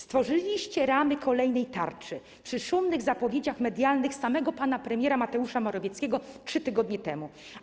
Stworzyliście ramy kolejnej tarczy przy szumnych zapowiedziach medialnych samego pana premiera Mateusza Morawieckiego 3 tygodnie temu.